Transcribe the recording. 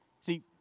See